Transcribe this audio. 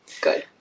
good